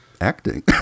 acting